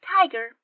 tiger